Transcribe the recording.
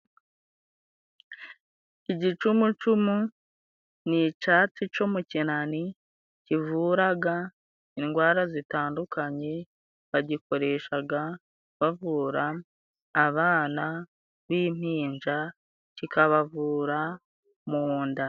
Igicumucumu ni icatsi co mu kinani, kivuraga indwara zitandukanye, bagikoreshaga bavura abana b'impinja, kikabavura mu nda.